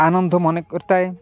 ଆନନ୍ଦ ମନେ କରିଥାଏ